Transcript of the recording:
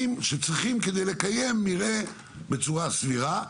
שצריך כדי לקיים מרעה בצורה סבירה,